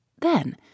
Then